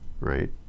right